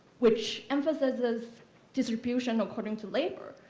which emphasizes distribution according to labor?